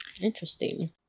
Interesting